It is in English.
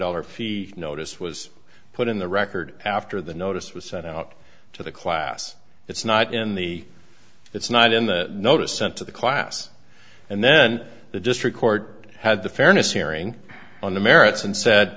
dollars fee notice was put in the record after the notice was sent out to the class it's not in the it's not in the notice sent to the class and then the district court had the fairness hearing on the merits and said